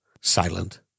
silent